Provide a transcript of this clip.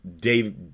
Dave